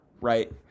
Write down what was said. right